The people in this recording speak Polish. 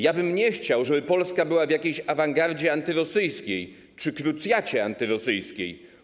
Ja bym nie chciał, żeby Polska była w jakiejś awangardzie antyrosyjskiej czy krucjacie antyrosyjskiej.